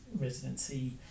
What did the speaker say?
residency